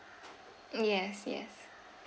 yes yes